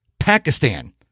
Pakistan